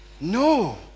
No